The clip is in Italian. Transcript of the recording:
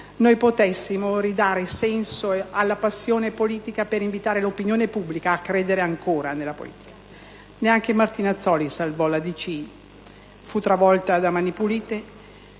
noi potessimo ridare senso alla passione politica per invitare l'opinione pubblica a credere ancora nella politica. Neanche Martinazzoli salvò la DC: fu travolta da «Mani Pulite».